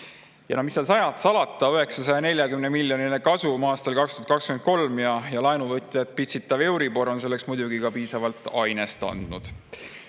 Mis seal salata, 940‑miljoniline kasum aastal 2023 ja laenuvõtjaid pitsitav euribor on selleks muidugi ka piisavalt ainest andnud.